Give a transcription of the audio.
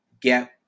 get